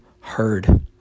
heard